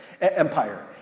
Empire